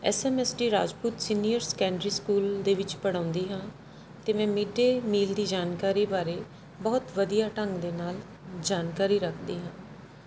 S M S T Rajput senior secondary school ਦੇ ਵਿੱਚ ਪੜ੍ਹਾਉਂਦੀ ਹਾਂ ਅਤੇ ਮੈਂ ਮਿਡਏ ਮੀਲ ਦੀ ਜਾਣਕਾਰੀ ਬਾਰੇ ਬਹੁਤ ਵਧੀਆ ਢੰਗ ਦੇ ਨਾਲ ਜਾਣਕਾਰੀ ਰੱਖਦੀ ਹਾਂ